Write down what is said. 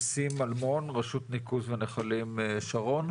ניסים אלמון מנכ"ל רשות ניקוז ונחלים שרון.